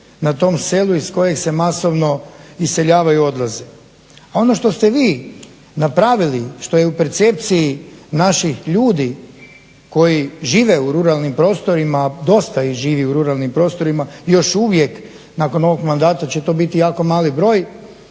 na tom selu iz kojeg se masovno iseljavaju i odlaze. Ono što ste vi napravili, što je u percepciji naših ljudi koji žive u ruralnim prostorima, a dosta ih živi u ruralnim prostorima još uvijek nakon ovog mandata će to biti jako mali broj